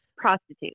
prostitute